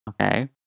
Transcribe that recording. Okay